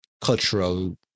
cultural